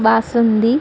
basundi